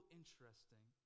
interesting